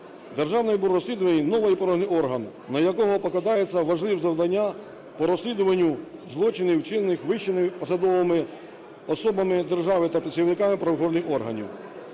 Державне бюро розслідувань - новий правоохороннй орган, на якого покладаються важливі завдання по розслідуванню злочинів, вчинених вищими посадовими особами держави та працівниками правоохоронних органів.